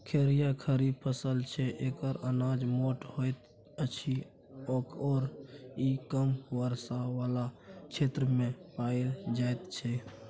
खेरही खरीफ फसल छै एकर अनाज मोट होइत अछि आओर ई कम वर्षा बला क्षेत्रमे पाएल जाइत छै